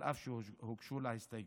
על אף שהוגשו לה הסתייגויות.